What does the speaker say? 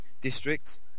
district